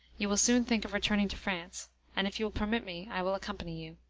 you will soon think of returning to france and if you will permit me, i will accompany you.